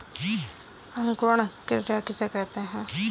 अंकुरण क्रिया किसे कहते हैं?